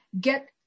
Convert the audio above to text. get